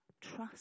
trust